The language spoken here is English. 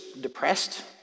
depressed